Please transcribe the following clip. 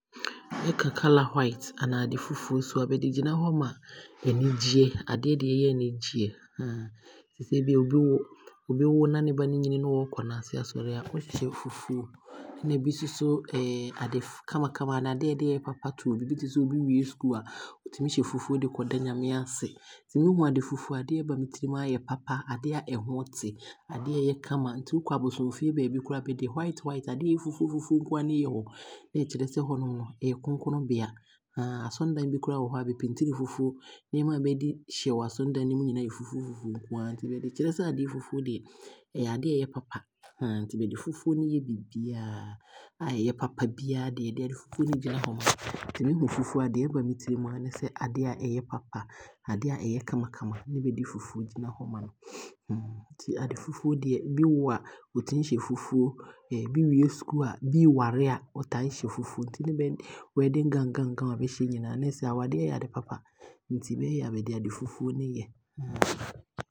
Yɛka colour white anaasɛ ade fufuo nso a, bɛde gyina hɔ ma anigyeɛ, adeɛ de ɛ ɛyɛ anigyeɛ. Nti te sɛ bia obi wo, obi wo na ne ba no nyini na ɔɔkɔ nnaase asɔre a, ɔhyɛ fufuo, na ɛbi nsoso ade fɛɛ ade kamakama anaa adeɛ a ɛyɛ papa to obi a, tesɛ obi wie sukuu a ɔtumi hyɛ fufuo de kɔda Nyame ase. Nti mehu ade fufuo a adeɛ a ɛba me tirim aa yɛ papa, adeɛ a ɛho te, adeɛ a ɛyɛ kama. Nti wokɔ abosomfie baabi koraa a bɛde white white, adeɛ a ɛyɛ fufuo nko aa ne bɛde aasiesie hɔ na bɛɛkyerɛ sɛ ɛhɔ no ɛyɛ kronkron bea, asɔredan bi koraa wɔ hɔ a, bɛ painti no fufuo, nneɛma bɛde hyɛ wɔ asɔredan no mu nyinaa yɛ fufuo fufuo nko aa. Nti meekyerɛ sɛ adeɛ fufuo deɛ ɛyɛ adeɛ a ɛyɛ papa bɛde fufuo ne yɛ biribiaa aa ɛyɛ papa deɛ, yɛde ade fufuo na ɛgyina hɔ ma no. Nti me hu fufuo a adeɛ a, adeɛ a ɛba me tirim aa ne sɛ adeɛ a ɛyɛ papa, adeɛ a ɛyɛ kamakama ne bɛde fufuo gyina hɔ ma. Nti ade fufuo deɛ bi wo a, ɔtumi hyɛ fufuo, bi wie sukuu a, obi ɛɛware a ɔtaa hyɛ fufuo, nti ne wedding gown gown a bɛhyɛ nyinaa no, na kyerɛ sɛ awareɛ yɛ ade papa nti ne bɛde fufuo ne yɛ.